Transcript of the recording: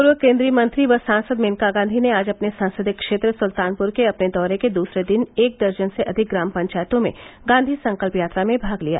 पूर्व केंद्रीय मंत्री व सांसद मेनका गांधी ने आज अपने संसदीय क्षेत्र सुल्तानपुर के अपने दौरे के दूसरे दिन एक दर्जन से अधिक ग्राम पंचायतों में गांधी संकल्प यात्रा में भाग लिया